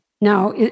Now